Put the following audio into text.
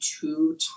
two